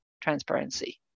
transparency